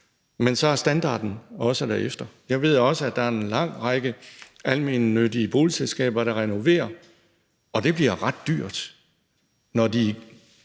men så er standarden også derefter. Jeg ved også, at der er en lang række almennyttige boligselskaber, der renoverer, og det bliver ret dyrt, når de